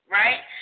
right